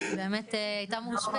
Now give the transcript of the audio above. כי באמת היא הייתה מאושפזת.